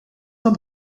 man